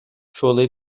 чули